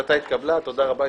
הצבעה בעד,